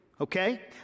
Okay